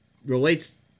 relates